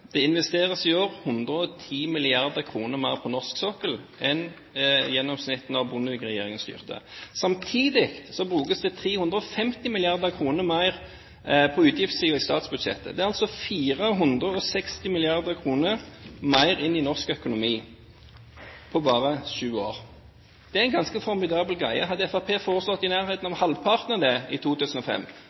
investeres i år 110 mrd. kr mer på norsk sokkel enn gjennomsnittet da Bondevik-regjeringen styrte. Samtidig brukes det 350 mrd. kr mer på utgiftssiden i statsbudsjettet. Det er altså 460 mrd. kr mer inn i norsk økonomi på bare sju år. Det er en ganske formidabel greie. Hadde Fremskrittspartiet foreslått noe i nærheten av halvparten av det i 2005,